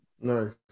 Nice